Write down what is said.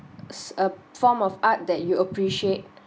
s a form of art that you appreciate